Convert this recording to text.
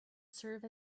serve